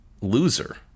loser